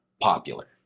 popular